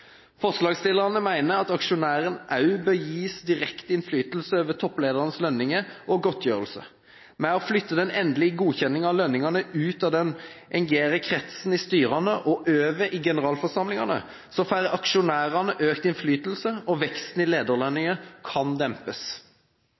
Forslagsstillerne mener at aksjonærene også bør gis direkte innflytelse over toppledernes lønninger og godtgjørelse. Ved å flytte den endelige godkjenningen av lønningene ut av den engere kretsen i styrene og over i generalforsamlingene får aksjonærene økt innflytelse, og veksten i